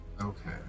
Okay